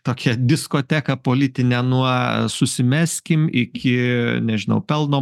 tokia diskoteka politinė nuo susimeskim iki nežinau pelno